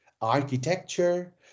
architecture